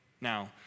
Now